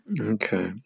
okay